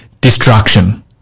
destruction